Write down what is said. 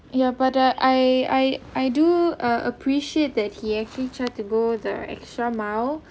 ya but I I I do uh appreciate that he actually try to go the extra mile